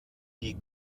die